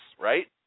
right